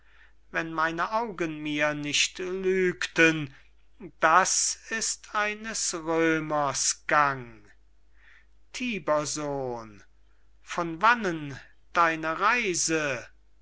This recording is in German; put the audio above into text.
wenn meine augen mir nicht lügten das ist eines römers gang tybersohn von wannen deine reise